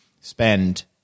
spend